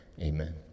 amen